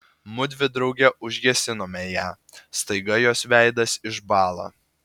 mudvi drauge užgesinome ją staiga jos veidas išbąla